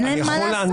אין להם מה לעשות.